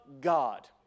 God